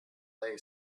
lay